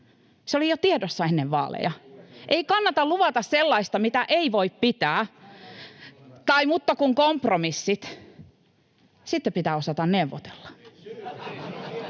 Se oli jo tiedossa ennen vaaleja. Ei kannata luvata sellaista, mitä ei voi pitää. — Tai mutta kun kompromissit. — Sitten pitää osata neuvotella.